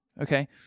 Okay